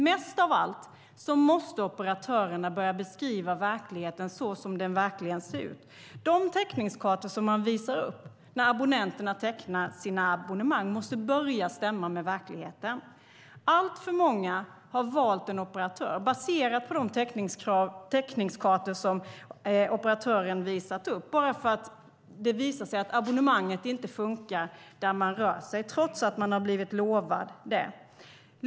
Mest av allt måste operatörerna börja beskriva verkligheten som den verkligen ser ut. De täckningskartor som man visar upp när abonnenterna tecknar sina abonnemang måste börja stämma med verkligheten. Alltför många har valt en operatör baserat på de täckningskartor som operatören visat upp, och så har det visat sig att abonnemanget inte funkar där man rör sig trots att man har blivit lovad det.